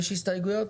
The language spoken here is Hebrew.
יש הסתייגויות?